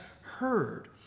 heard